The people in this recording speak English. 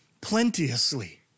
plenteously